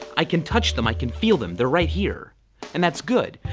i can touch them, i can feel them, they're right here and that's good.